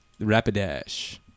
Rapidash